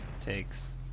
takes